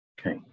Okay